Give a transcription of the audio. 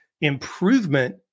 improvement